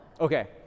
Okay